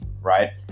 Right